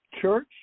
church